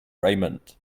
raymond